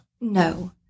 No